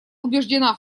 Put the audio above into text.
убеждена